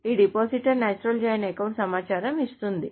ఈ depositor natural joint account సమాచారం ఇస్తుంది